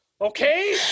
okay